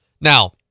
Now